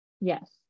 Yes